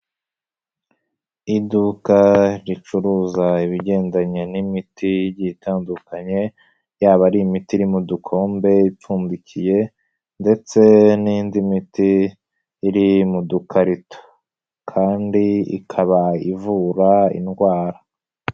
Iduka ricuruza ibigendanye n'imiti igiye itandukanye, yaba ari imiti iri mu dukombe ipfundikiye ndetse n'indi miti iri mu dukarito kandi ikaba ivura indwara.